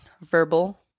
verbal